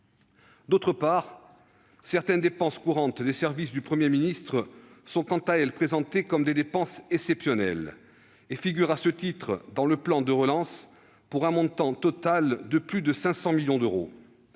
D'autre part, certaines dépenses courantes des services du Premier ministre sont, quant à elles, présentées comme des dépenses exceptionnelles et figurent à ce titre dans le plan de relance, pour un montant total de plus de 500 millions d'euros.